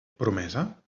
promesa